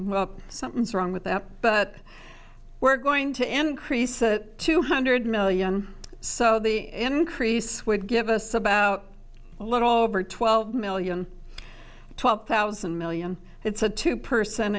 million something's wrong with that but we're going to increase that two hundred million so the increase would give us about a little over twelve million twelve thousand million it's a two per